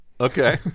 Okay